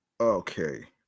okay